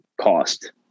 cost